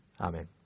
Amen